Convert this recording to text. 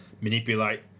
manipulate